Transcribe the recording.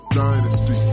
dynasty